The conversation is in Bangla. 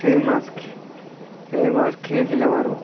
সেই মাছ সেই মাছ খেয়েছিলাম আরও